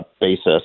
basis